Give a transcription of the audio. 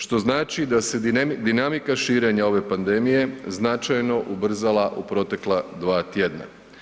Što znači da se dinamika širenja ove pandemije značajno ubrzala u protekla dva tjedna.